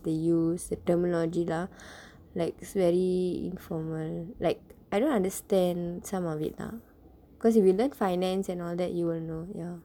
they use the terminology lah like very informal like I don't understand some of it ah cause if we learnt finance and all that you will know ya